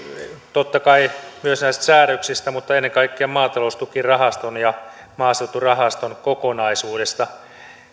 totta kai myös näistä säädöksistä mutta ennen kaikkea maataloustukirahaston ja maaseuturahaston kokonaisuudesta